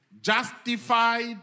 justified